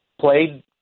played